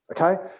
Okay